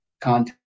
content